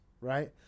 right